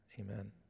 Amen